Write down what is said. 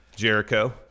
Jericho